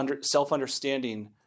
self-understanding